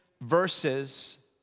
verses